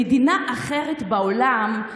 במדינה אחרת בעולם,